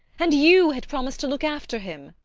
and you had promised to look after him.